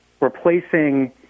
replacing